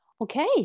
Okay